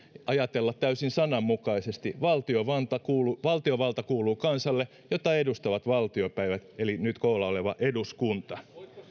ajatella täysin sananmukaisesti valtiovalta kuuluu valtiovalta kuuluu kansalle jota edustaa valtiopäivät eli nyt koolla oleva eduskunta